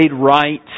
right